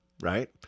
right